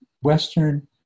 Western